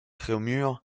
réaumur